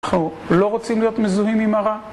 אנחנו לא רוצים להיות מזוהים עם הרע